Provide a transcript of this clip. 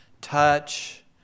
Touch